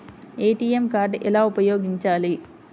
ATM card ఎలా ఉపయోగించాలి?